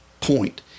point